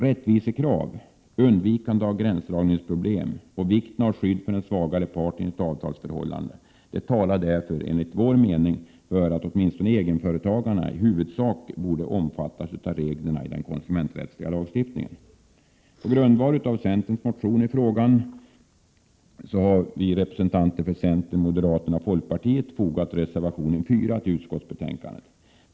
Rättvisekrav, undvikande av gränsdragningsproblem och vikten av skydd för den svagare parten i ett avtalsförhållande talar därför, enligt vår mening, för att egenföretagarna i huvudsak borde omfattas av reglerna i den konsumenträttsliga lagstiftningen. På grundval av centerns motion i frågan har vi representanter för centern, moderaterna och folkpartiet fogat reservation 4 till utskottsbetänkandet.